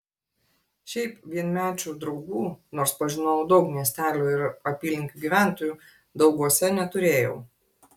šiaip vienmečių draugų nors pažinojau daug miestelio ir apylinkių gyventojų dauguose neturėjau